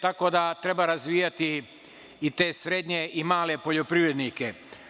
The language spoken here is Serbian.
Tako da treba razvijati i te srednje i male poljoprivrednike.